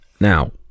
Now